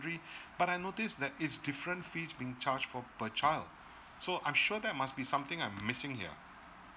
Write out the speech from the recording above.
but I notice that it's different fees being charged for per child so I'm sure there must be something I'm missing here